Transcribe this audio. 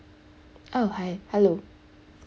oh hi hello